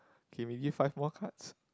he may give five more cards